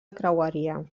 creueria